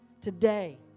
Today